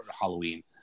Halloween